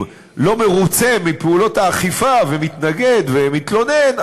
לא מרוצה מפעולות האכיפה ומתנגד ומתלונן,